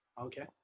okay